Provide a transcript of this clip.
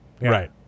Right